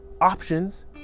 options